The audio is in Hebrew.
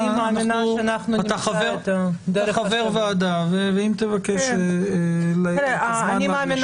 אתה חבר ועדה ואם תבקש זמן לא תהיה בעיה.